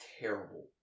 terrible